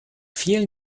vielen